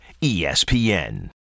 ESPN